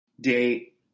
date